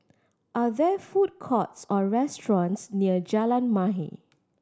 are there food courts or restaurants near Jalan Mahir